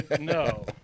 no